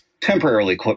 temporarily